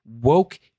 woke